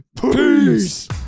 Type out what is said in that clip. Peace